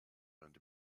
and